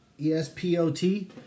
E-S-P-O-T